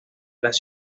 las